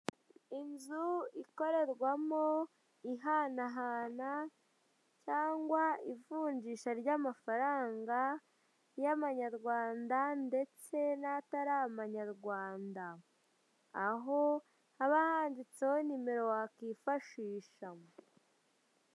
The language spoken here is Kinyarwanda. Inzu irimo intebe nyinshi hicayemo n'abantu ariho n'insakazamashusho yanditsemo mu magambo y'icyongereza umujyi wa Kigali.